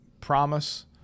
promise